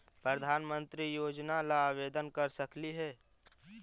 प्रधानमंत्री योजना ला आवेदन कर सकली हे?